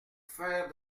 faire